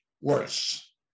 worse